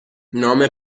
نام